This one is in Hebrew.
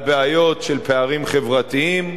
על בעיות של פערים חברתיים,